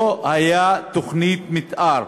לא הייתה תוכנית מתאר.